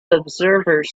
observers